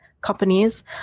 companies